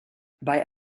bei